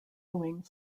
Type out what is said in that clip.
ewing